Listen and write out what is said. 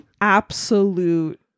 absolute